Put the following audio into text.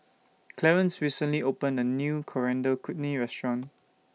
Clarence recently opened A New Coriander Chutney Restaurant